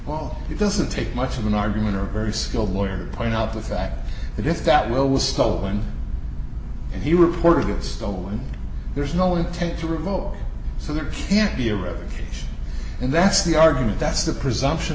while it doesn't take much of an argument or a very skilled lawyer point out the fact that if that will was stolen and he reported it stolen there's no intent to revoke so there can't be a revocation and that's the argument that's the presumption